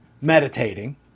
meditating